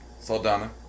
Saldana